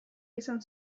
izan